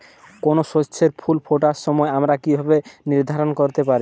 কোনো শস্যের ফুল ফোটার সময় আমরা কীভাবে নির্ধারন করতে পারি?